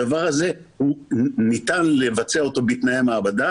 הדבר הזה ניתן לבצע אותו בתנאי מעבדה